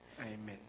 Amen